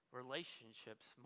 relationships